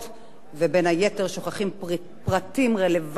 ובין היתר שוכחים פרטים רלוונטיים מאוד